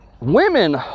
Women